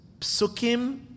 psukim